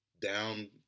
down